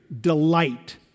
delight